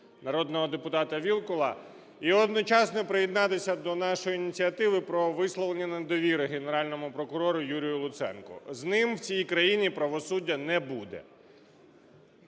народного депутата Вілкула і одночасно приєднатися до нашої ініціативи про висловлення недовіри Генеральному прокурору Юрію Луценку. З ним у цій країні правосуддя не буде.